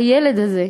הילד הזה,